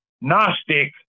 Gnostic